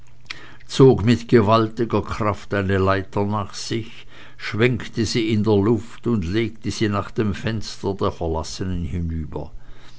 zog mit gewaltiger kraft eine leiter nach sich schwenkte sie in der luft und legte sie nach dem fenster der verlassenen hinüber